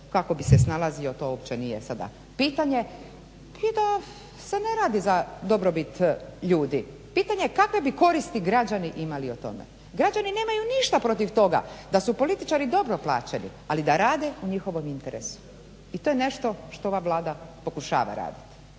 kako bi se snalazio to uopće nije sada pitanje i da se ne radi za dobrobit ljudi. Pitanje kakve bi koristi građani imali od toga? Građani nemaju ništa od toga da su političari dobro plaćeni ali da rade u njihovom interesu i to je nešto što ova Vlada pokušava raditi.